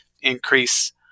increase